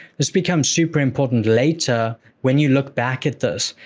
this become super important later when you look back at this.